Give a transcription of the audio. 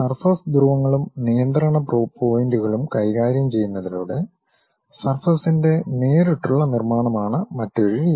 surface ധ്രുവങ്ങളും നിയന്ത്രണ പോയിന്റുകളും കൈകാര്യം ചെയ്യുന്നതിലൂടെ സർഫസിന്റെ നേരിട്ടുള്ള നിർമ്മാണമാണ് മറ്റൊരു രീതി